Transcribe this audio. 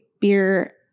beer –